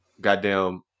goddamn